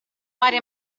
fare